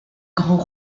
grand